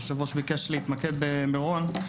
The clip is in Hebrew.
היושב-ראש ביקש להתמקד במירון.